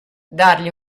dargli